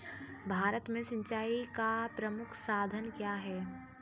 भारत में सिंचाई का प्रमुख साधन क्या है?